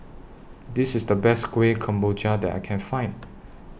This IS The Best Kuih Kemboja that I Can Find